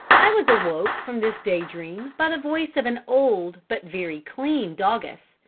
i was awoke from this day-dream by the voice of an old, but very clean doggess,